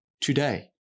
today